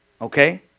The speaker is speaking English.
Okay